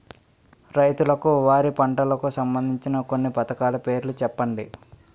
రైతులకు వారి పంటలకు సంబందించిన కొన్ని పథకాల పేర్లు చెప్పండి?